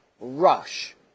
rush